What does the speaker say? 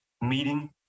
meeting